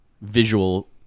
visual